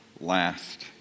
last